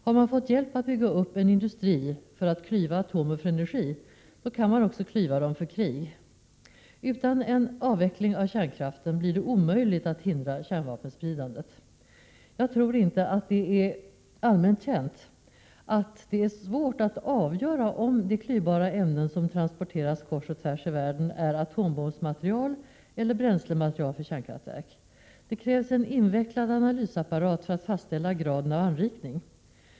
Har man fått hjälp att bygga upp en industri för att klyva atomer för energi, kan man också klyva dem för krig. Utan en avveckling av kärnkraften blir det omöjligt att hindra kärnvapenspridandet. Jag tror inte att det är allmänt känt att det är svårt att avgöra om de klyvbara ämnen som transporteras kors och tvärs i världen är atombombsmaterial eller bränslematerial för kärnkraftverk. Det krävs en invecklad analysapparat för att fastställa graden av anrikning.